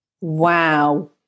wow